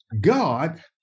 God